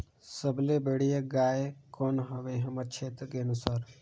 सबले बढ़िया गाय कौन हवे हमर क्षेत्र के अनुसार?